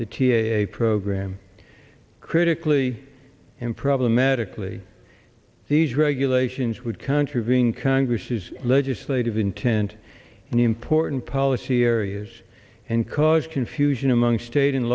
the t a a program critically and problematically these regulations would contravene congress's legislative intent and important policy areas and cause confusion among state and